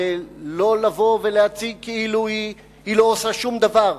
כדי לא לבוא ולהציג כאילו היא לא עושה שום דבר.